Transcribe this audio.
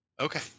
Okay